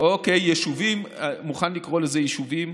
אני מוכן לקרוא לזה יישובים.